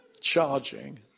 charging